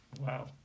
Wow